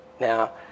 Now